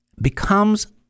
becomes